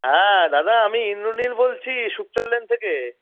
হ্যাঁ দাদা আমি ইন্দ্রনীল বলছি সুকচল লেন থেকে